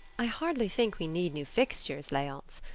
i hardly think we need new fixtures, leonce.